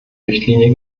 richtlinie